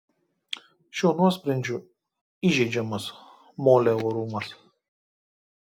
šiuo nuosprendžiu įžeidžiamas molė orumas